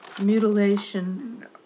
mutilation